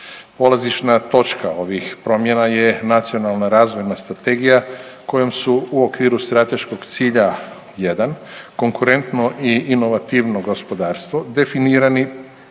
Polazišna točka ovih promjena je Nacionalna razvojna strategija kojom su u okviru strateškog cilja 1 konkurentno i inovativno gospodarstvo definirani